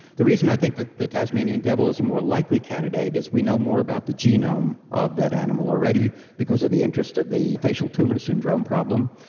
the reason i think that the tasmanian devil is a more likely candidate is we know more about the genome of that animal already because of the interest of the facial tumour syndrome problem.